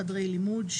חדרי לימוד,